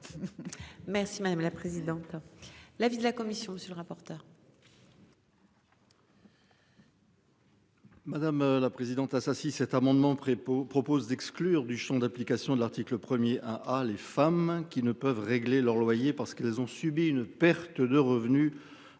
Merci madame la présidente. L'avis de la commission. Monsieur le rapporteur. Madame la présidente, ça. Si cet amendement près propose d'exclure du Champ d'application de l'article 1er, ah, ah les femmes qui ne peuvent régler leur loyer parce qu'ils ont subi une perte de revenus